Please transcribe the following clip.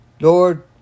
Lord